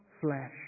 flesh